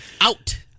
Out